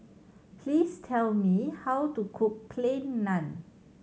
please tell me how to cook Plain Naan